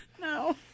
No